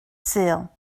sul